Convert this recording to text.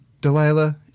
Delilah